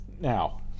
Now